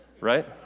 right